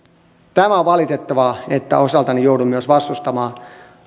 on valitettavaa että osaltani joudun vastustamaan